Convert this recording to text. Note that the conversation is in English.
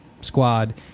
squad